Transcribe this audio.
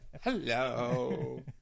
Hello